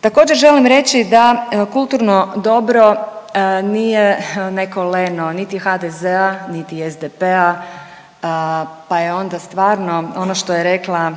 Također želim reći da kulturno dobro nije neko leno niti HDZ-a niti SDP-a pa je onda stvarno ono što je rekla